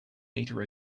meter